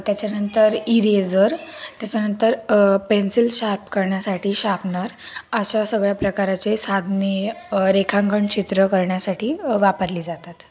त्याच्यानंतर इरेजर त्याच्यानंतर pencil sharp करण्यासाठी शार्पनर अशा सगळ्या प्रकाराचे साधने रेखांकन चित्र करण्यासाठी वापरली जातात